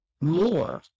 more